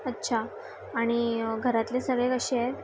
अच्छा आणि घरातले सगळे कसे आहेत